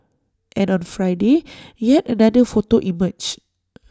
and on Friday yet another photo emerged